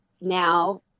now